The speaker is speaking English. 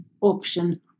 option